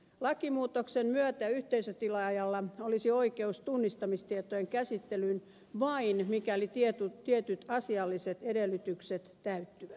lakimuutoksen myötä yhteisötilaajalla olisi oikeus tunnistamistietojen käsittelyyn vain mikäli tietyt asialliset edellytykset täyttyvät